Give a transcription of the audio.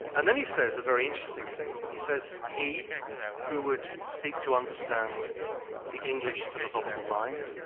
and then he says a very interesting thing. he says he who would seek to understand the english philosophical mind,